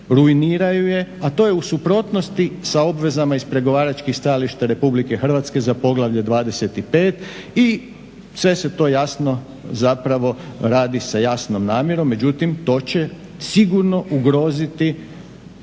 rujniraju je a to je u suprotnosti s obvezama iz pregovaračkih stajališta RH za poglavlje 25 i sve se to jasno radi sa jasnom namjerom. Međutim to će sigurno ugroziti